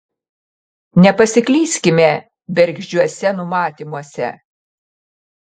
nepasiklyskime bergždžiuose numatymuose